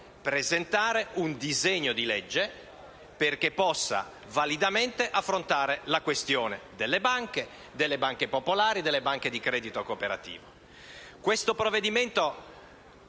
presentare un disegno di legge che possa validamente affrontare la questione delle banche, delle banche popolari, delle banche di credito cooperativo.